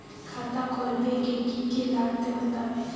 खाता खोलवे के की की लगते बतावे?